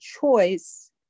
choice